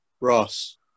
Ross